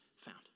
found